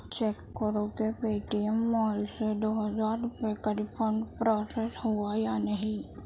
check کرو کہ Paytm mall سے دو ہزار روپے کا ریفنڈ پروسیس ہوا یا نہیں